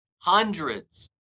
Hundreds